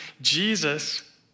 Jesus